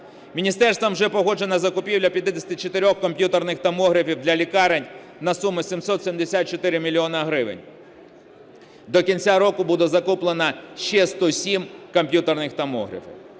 Міністерством вже погоджена закупівля 54 комп'ютерних томографів для лікарень на суму 774 мільйони гривень. До кінця року буде закуплено ще 107 комп'ютерних томографів.